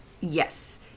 Yes